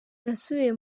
nasubiye